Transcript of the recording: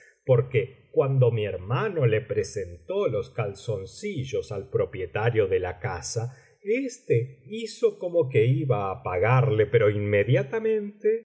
porque cuando mi hermano le presentó los calzoncillos al propietario de la casa éste hizo como que iba á pagarle pero inmediatamente